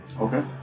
Okay